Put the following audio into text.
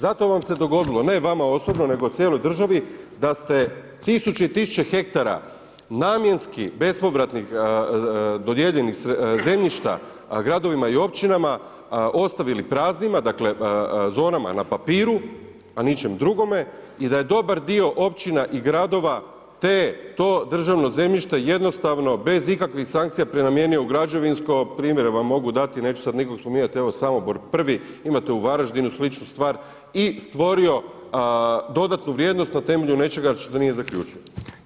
Zato vam se dogodilo, ne vama osobno, nego cijeloj državi da ste tisuće i tisuće hektara namjenski bespovratnih dodijeljenih zemljišta gradovima i općinama ostavili praznima, zonama na papiru, na ničem drugome i da je dobar dio općina i gradova to državno zemljište jednostavno bez ikakvih sankcija prenamijenio u građevinsko, primjer vam mogu dati neću sada nikoga spominjati evo Samobor prvi, imate u Varaždinu sličnu stvar i stvorio dodatnu vrijednost na temelju nečega što nije zaključio.